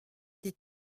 des